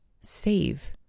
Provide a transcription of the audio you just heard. save